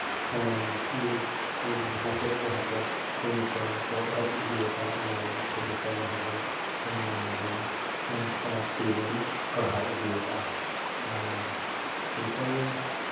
ᱢᱟᱪᱮᱫ ᱠᱚᱦᱚᱸ ᱠᱚ ᱢᱤᱢᱤᱫ ᱴᱮᱝ ᱠᱚ ᱚᱰᱳᱠ ᱤᱫᱤᱭ ᱠᱟᱱᱟ ᱚᱱᱟ ᱞᱟᱹᱜᱤᱫ ᱛᱮ ᱱᱤᱛᱚᱝ ᱫᱚ ᱦᱟᱸᱜ ᱵᱚᱱ ᱢᱟᱱᱮ ᱵᱚᱱ ᱯᱟᱹᱨᱥᱤ ᱵᱚᱱ ᱵᱟᱲᱦᱟᱣ ᱤᱫᱤ ᱠᱟᱜᱼᱟ ᱟᱨ ᱱᱤᱛᱚᱝ